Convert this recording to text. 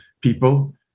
people